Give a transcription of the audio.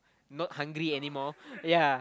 not hungry anymore ya